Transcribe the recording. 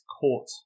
court